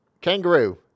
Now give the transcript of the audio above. Kangaroo